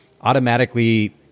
automatically